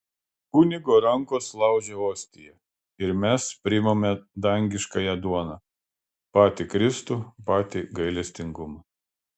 kunigo rankos laužia ostiją ir mes priimame dangiškąją duoną patį kristų patį gailestingumą